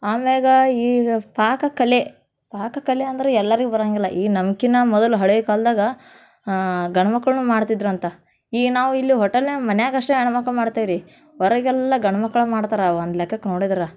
ಆಮ್ಯಾಲ ಈಗ ಪಾಕಕಲೆ ಪಾಕಕಲೆ ಅಂದ್ರೆ ಎಲ್ಲರಿಗೂ ಬರೋಂಗಿಲ್ಲ ಈ ನಮ್ಕಿಂತ ಮೊದಲು ಹಳೆಯ ಕಾಲ್ದಾಗೆ ಗಂಡ್ ಮಕ್ಳೂ ಮಾಡ್ತಿದ್ರಂತೆ ಈ ನಾವು ಇಲ್ಲಿ ಹೊಟೆಲ್ನ್ಯಾಗೆ ಮನೆಗಷ್ಟೇ ಹೆಣ್ಮಕ್ಳು ಮಾಡ್ತೇವೆ ರೀ ಹೊರಗೆಲ್ಲ ಗಂಡ್ ಮಕ್ಕಳೇ ಮಾಡ್ತಾರೆ ಒಂದು ಲೆಕ್ಕಕ್ಕೆ ನೋಡಿದ್ರೆ